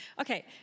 Okay